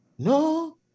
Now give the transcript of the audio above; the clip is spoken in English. No